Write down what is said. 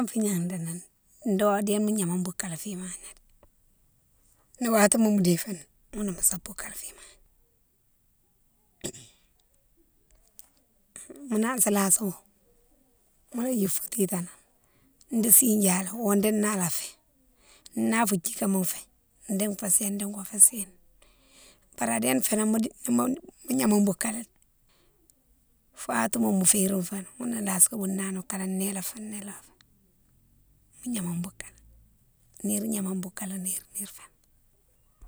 Do fou gna déméne ndo a déma gnama boukalé fi magnama, ni watima mo défoni ghounne mo same boukalé fi magnama, mo lansa laso mola yike fo titanan ndi sih dialé odi nala fé, na fou djikema fé, di fé séne di go fé séne, bari adne fénan mo di, mo gnama boukalé fo watima mo férine foni ghounné ilasi bounani kalé néla fé, néla fé, mo gnama boukalé, nire gnama boukalé nire nire féni.